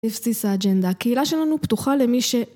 בבסיס האג'נדה. הקהילה שלנו פתוחה למי ש...